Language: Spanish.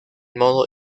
modo